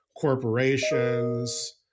corporations